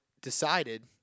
decided